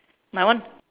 my one